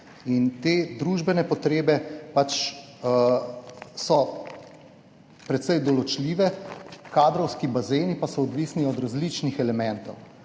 Te družbene potrebe so precej določljive, kadrovski bazeni pa so odvisni od različnih elementov.